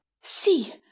See